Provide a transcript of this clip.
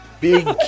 Big